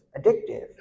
addictive